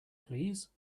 please